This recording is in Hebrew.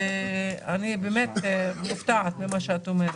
אני באמת מופתעת ממה שאת אומרת.